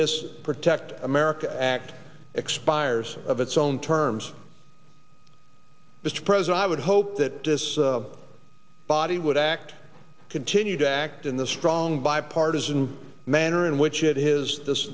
this protect america act expires of its own terms mr president i would hope that this body would act continue to act in the strong bipartisan manner in which it is this